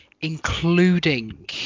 including